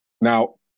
Now